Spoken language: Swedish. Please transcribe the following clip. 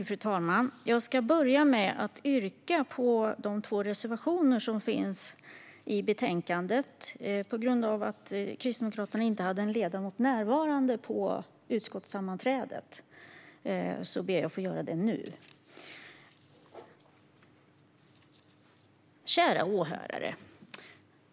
Fru talman! Jag börjar med att yrka bifall till de två reservationer som finns i betänkandet. Då Kristdemokraterna inte hade en ledamot närvarande vid utskottssammanträdet ber jag att få göra detta nu. Kära åhörare!